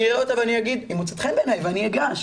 אראה אותה ואגיד 'היא מוצאת חן בעיני' ואני אגש.